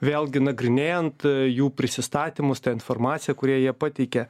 vėlgi nagrinėjant jų prisistatymus tą informaciją kurią jie pateikė